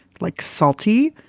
like salty.